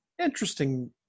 Interesting